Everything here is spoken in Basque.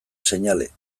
seinale